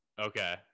Okay